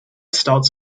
starts